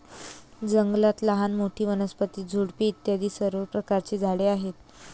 जंगलात लहान मोठी, वनस्पती, झुडपे इत्यादी सर्व प्रकारची झाडे आहेत